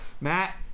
Matt